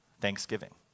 Thanksgiving